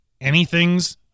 anythings